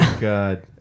god